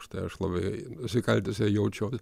už tai aš labai nusikaltusiai jaučiuos